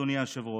אדוני היושב-ראש,